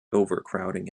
overcrowding